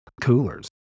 coolers